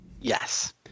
Yes